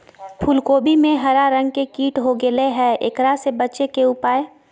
फूल कोबी में हरा रंग के कीट हो गेलै हैं, एकरा से बचे के उपाय?